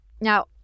Now